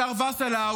השר וסרלאוף,